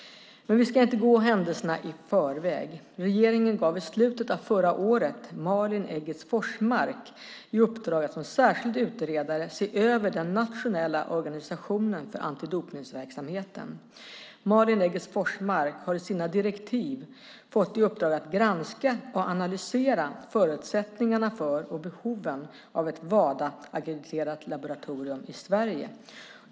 Vi ska inte gå händelserna i förväg. Regeringen gav i slutet av förra året Malin Eggertz Forsmark i uppdrag att som särskild utredare se över den nationella organisationen för antidopningsverksamheten. Malin Eggertz Forsmark har i sina direktiv fått i uppdrag att granska och analysera förutsättningarna för och behoven av ett av Wadaackrediterat laboratorium i Sverige.